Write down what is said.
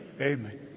Amen